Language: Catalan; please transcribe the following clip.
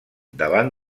davant